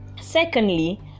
secondly